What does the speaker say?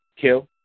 Kill